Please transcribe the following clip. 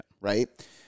right